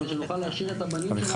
כדי שנוכל להשאיר את הבנים שלנו -- אביחי